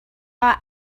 our